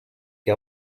que